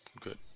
good